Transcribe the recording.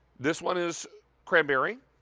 this one is cranberry,